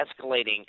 escalating